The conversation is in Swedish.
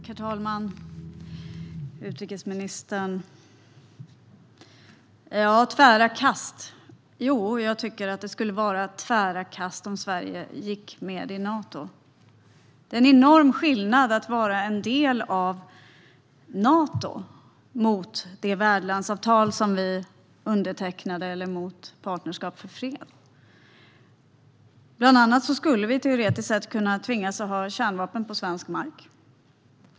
Herr talman! Utrikesministern! Tvära kast - jo, jag tycker att det skulle vara tvära kast om Sverige gick med i Nato. Att vara en del av Nato är en enorm skillnad i förhållande till det värdlandsavtal som vi undertecknat eller Partnerskap för fred. Bland annat skulle vi teoretiskt sett kunna tvingas att ha kärnvapen på svensk mark.